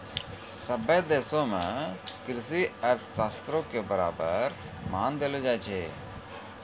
सभ्भे देशो मे कृषि अर्थशास्त्रो के बराबर मान देलो जाय छै